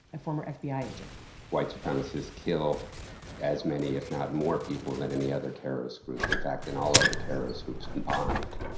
a former fbi agent white supremacists kill as many, if not more, people than any other terrorist group in fact, than all other terrorist groups combined.